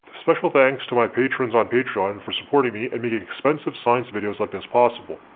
special thanks to my patrons on patreon for supporting me and making expensive science videos like this possible.